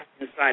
inside